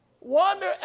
Wonder